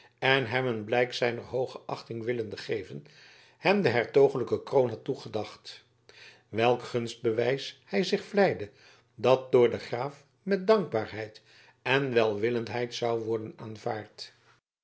en hem een blijk zijner hooge achting willende geven hem de hertogelijke kroon had toegedacht welk gunstbewijs hij zich vleide dat door den graaf met dankbaarheid en welwillendheid zou worden aanvaard